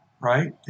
right